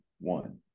one